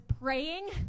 praying